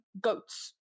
goats